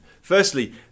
Firstly